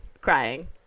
Crying